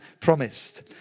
promised